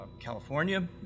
California